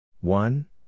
One